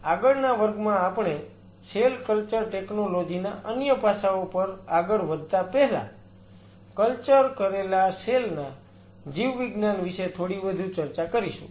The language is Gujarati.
આગળના વર્ગમાં આપણે સેલ કલ્ચર ટેકનોલોજી ના અન્ય પાસાઓ પર આગળ વધતા પહેલા કલ્ચર કરેલા સેલ ના જીવવિજ્ઞાન વિશે થોડી વધુ ચર્ચા કરીશું